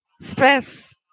stress